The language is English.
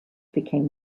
became